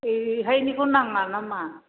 बेहायनिखौ नाङा ना मा